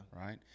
Right